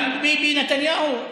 גם ביבי נתניהו,